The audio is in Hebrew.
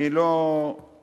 אני לא אאריך.